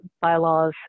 bylaws